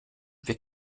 wir